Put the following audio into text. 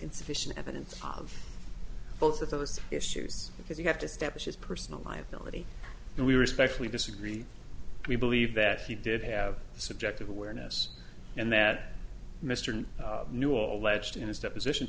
insufficient evidence of both of those issues because you have to step it is personal liability and we respectfully disagree we believe that he did have a subjective awareness and that mr knew a legend in his deposition